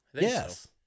Yes